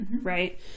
right